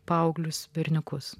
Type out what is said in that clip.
paauglius berniukus